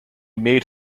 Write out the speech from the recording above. made